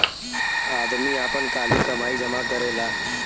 आदमी आपन काली कमाई जमा करेला